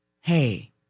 Hey